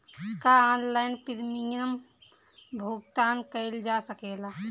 का online premium भुगतान कईल जा सकेला?